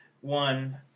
one